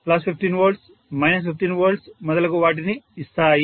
3 V 15 volts 15 volts మొదలగు వాటిని ఇస్తాయి